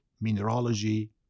mineralogy